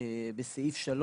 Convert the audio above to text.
בסעיף (3).